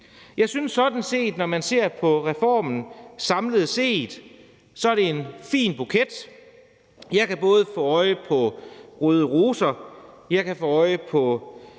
Jeg synes sådan set, når man ser på reformen samlet set, at det er en fin buket. Jeg kan både få øje på røde roser, jeg kan få øje på